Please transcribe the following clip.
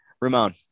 Ramon